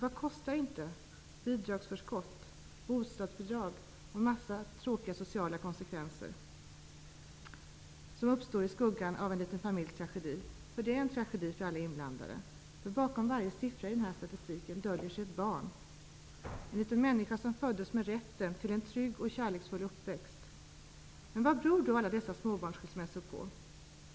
Vad kostar inte bidragsförskott, bostadsbidrag och en massa tråkiga sociala konsekvenser som uppstår i skuggan av en liten familjs tragedi. För alla inblandade är det nämligen en tragedi. Bakom varje siffra i den här statistiken döljer sig ett barn -- en liten människa som föddes med rätten till en trygg och kärleksfull uppväxt. Men vad beror då alla dessa skilsmässor i småbarnsfamiljer på?